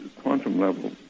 quantum-level